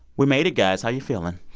we made it, guys. how are you feeling?